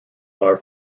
are